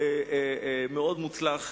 מאוד מוצלח,